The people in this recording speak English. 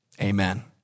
Amen